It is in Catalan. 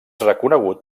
reconegut